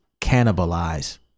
cannibalize